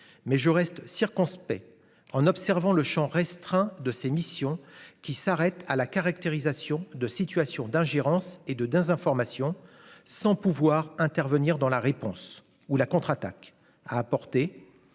mais je reste circonspect en observant le Champ restreint de ses missions, qui s'arrête à la caractérisation de situation d'ingérence et de désinformation, sans pouvoir intervenir dans la réponse ou la contre-attaque a apporter,